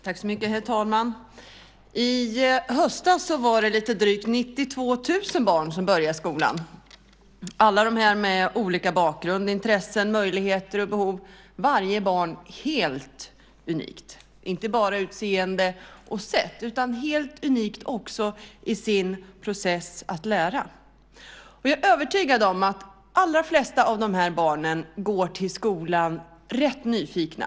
Herr talman! I höstas var det lite drygt 92 000 barn som började i skolan, alla med olika bakgrund, intressen, möjligheter och behov. Varje barn är helt unikt, inte bara i utseende och sätt utan också i sin process att lära. Jag är övertygad om att de allra flesta av de här barnen går till skolan rätt nyfikna.